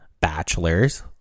bachelors